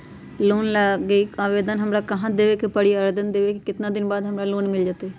Loan लागी आवेदन हमरा कहां देवे के पड़ी और आवेदन देवे के केतना दिन बाद हमरा लोन मिल जतई?